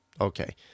okay